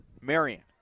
Marion